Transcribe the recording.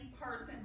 person